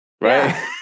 right